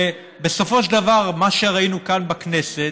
שבסופו של דבר מה שראינו כאן בכנסת,